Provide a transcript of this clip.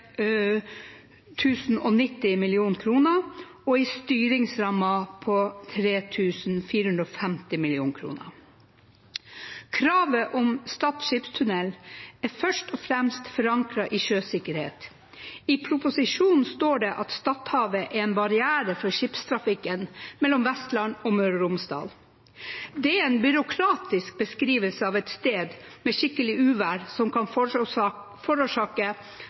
og en styringsramme på 3 450 mill. kr. Kravet om Stad skipstunnel er først og fremst forankret i sjøsikkerhet. I proposisjonen står det at Stadhavet er en «barriere for skipstrafikken» mellom Vestland og Møre og Romsdal. Det er en byråkratisk beskrivelse av et sted med skikkelig uvær som kan